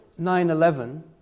9-11